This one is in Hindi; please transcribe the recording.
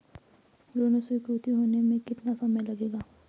ऋण स्वीकृति होने में कितना समय लगेगा?